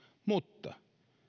mutta